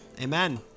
Amen